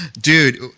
dude